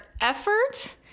effort